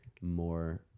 more